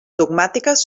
dogmàtiques